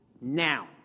now